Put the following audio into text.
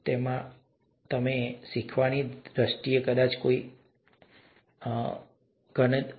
તે માત્ર એટલું જ છે કે તમે ઘણી વખત વારંવાર કર્યું છે કે તમે તેમાં ખૂબ જ આરામદાયક બનો છો